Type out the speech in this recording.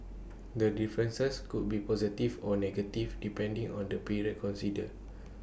the differences could be positive or negative depending on the period considered